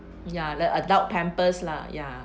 ya like adult pampers lah ya